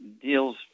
deals